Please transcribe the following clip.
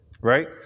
Right